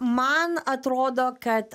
man atrodo kad